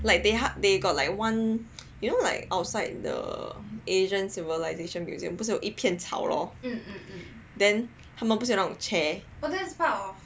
like they ha- they got like one you know like outside the asian civilisation museum 不是有一片草 lor then 他们不是有那种 chair